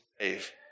save